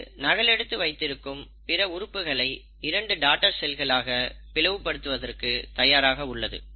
அது நகல் எடுத்து வைத்திருக்கும் பிற உறுப்புகளை இரண்டு டாடர் செல்களாக பிளவுபடுவதற்கு தயாராக உள்ளது